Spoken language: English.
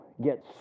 get